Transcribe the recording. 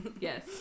Yes